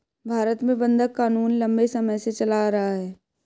भारत में बंधक क़ानून लम्बे समय से चला आ रहा है